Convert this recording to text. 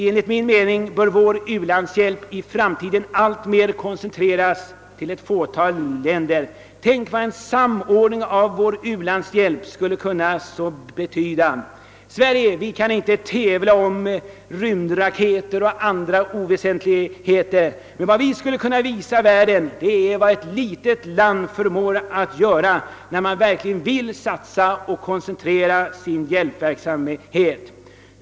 Enligt min mening bör vår u-landshjälp i framtiden alltmer koncentreras till ett fåtal länder. En samordning av vår u-landshjälp skulle kunna betyda oerhört mycket. Sverige kan inte tävla med andra länder när det gäller rymdraketer och andra oväsentligheter, men vi skulle kunna visa vad ett litet land förmår utträtta, när man verkligen vill satsa på och koncentrera hjälpverksamheten.